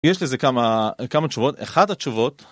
יש לזה כמה תשובות, אחת התשובות